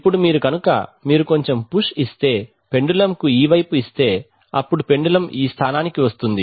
ఇప్పుడు మీరు కనుక మీరు కొంచెం పుష్ ఇస్తే పెండులమ్ కు ఈ వైపు ఇస్తే అప్పుడు పెండులమ్ ఈ స్థానానికి వస్తుంది